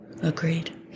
Agreed